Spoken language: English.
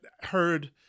heard